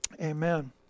amen